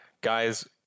guys